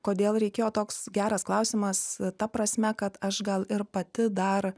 kodėl reikėjo toks geras klausimas ta prasme kad aš gal ir pati dar